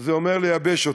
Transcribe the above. זה אומר לייבש אותו.